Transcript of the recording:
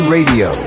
Radio